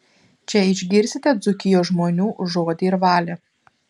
čia išgirsite dzūkijos žmonių žodį ir valią